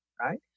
right